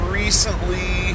recently